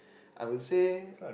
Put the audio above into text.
I would say